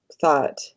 thought